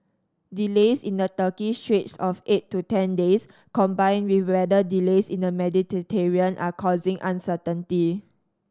delays in the Turkish straits of eight to ten days combined with weather delays in the Mediterranean are causing uncertainty